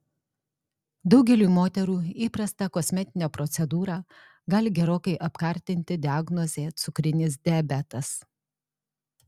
daugeliui moterų įprastą kosmetinę procedūrą gali gerokai apkartinti diagnozė cukrinis diabetas